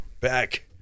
back